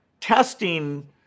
Testing